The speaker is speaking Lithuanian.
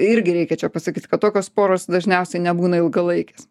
irgi reikia čia pasakyt kad tokios poros dažniausiai nebūna ilgalaikės